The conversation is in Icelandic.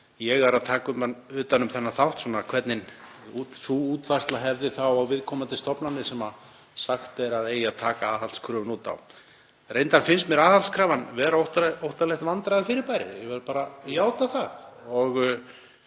ég er að taka utan um þann þátt hvaða áhrif sú útfærsla hefði á viðkomandi stofnanir sem sagt er að eigi að taka aðhaldskröfu út á. Reyndar finnst mér aðhaldskrafan vera óttalegt vandræðafyrirbæri, ég verð bara að játa það.